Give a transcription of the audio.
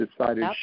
decided